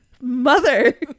Mother